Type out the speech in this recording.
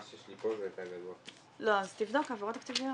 יש לך גישה למערכת.